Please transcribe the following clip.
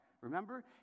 Remember